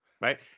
right